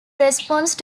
response